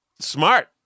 smart